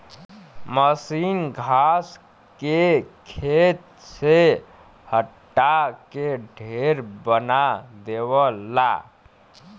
मसीन घास के खेत से हटा के ढेर बना देवला